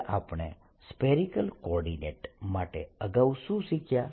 હવે આપણે spherical coordinate માટે અગાઉ શું શીખ્યા